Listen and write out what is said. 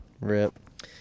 Rip